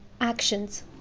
Actions